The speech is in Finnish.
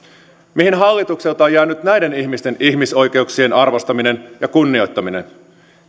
mihin hallitukselta on jäänyt näiden ihmisten ihmisoikeuksien arvostaminen ja kunnioittaminen